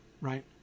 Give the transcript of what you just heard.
right